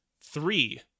Three